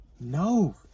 No